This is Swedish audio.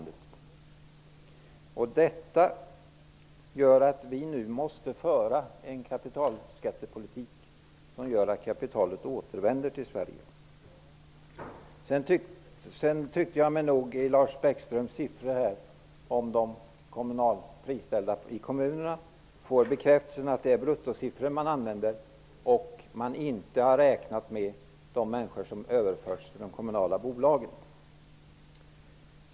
Detta gör att vi nu måste föra en kapitalskattepolitik som gör att kapitalet återvänder till Sverige. Sedan tyckte jag mig nog i Lars Bäckströms siffror om de friställda i kommunerna få bekräftelsen på att det är bruttosiffror som man använder. Man har inte räknat med de människor som överförs till de kommunala bolagen.